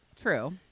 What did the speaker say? True